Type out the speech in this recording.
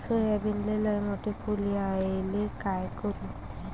सोयाबीनले लयमोठे फुल यायले काय करू?